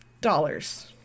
dollars